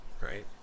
right